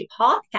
Podcast